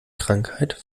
krankheit